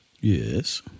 Yes